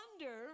wonder